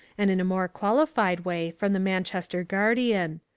and in a more qualified way from the manchester guardian.